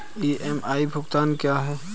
EMI भुगतान क्या है?